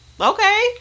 okay